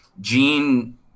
Gene